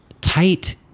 tight